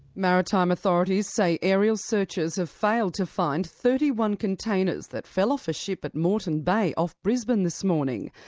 maritime authorities say aerial searches have failed to find thirty one containers that fell off a ship at moreton bay off brisbane this morning.